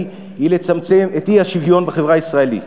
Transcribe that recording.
היא לצמצם את האי-שוויון בחברה הישראלית,